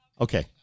Okay